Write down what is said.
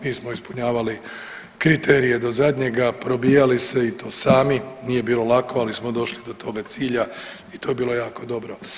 Mi smo ispunjavali kriterije do zadnjega, probijali se i to sami, nije bilo lako, ali smo došli do toga cilja i to je bilo jako dobro.